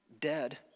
dead